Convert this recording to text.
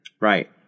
Right